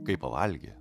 kai pavalgė